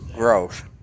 gross